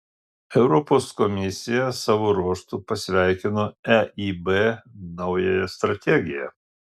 europos komisija savo ruožtu pasveikino eib naująją strategiją